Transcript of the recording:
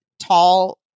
tall